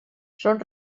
són